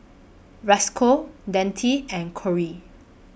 Roscoe Deonte and Corey